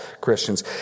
Christians